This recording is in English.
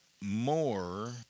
More